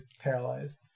paralyzed